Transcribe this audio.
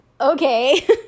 okay